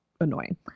annoying